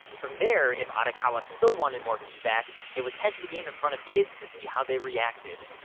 from there, if arakawa still wanted more feedback, they would test the game in front of kids to see how they reacted.